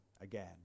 again